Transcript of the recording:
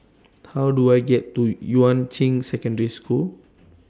How Do I get to Yuan Ching Secondary School